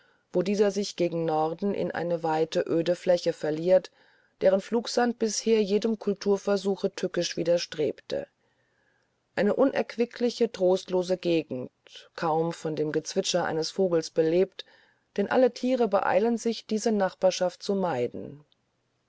wo dieser sich gegen norden in eine weite öde fläche verliert deren flugsand bisher jedem culturversuche tückisch widerstrebte eine unerquickliche trostlose gegend kaum von dem gezwitscher eines vogels belebt denn alle thiere beeilen sich diese nachbarschaft zu meiden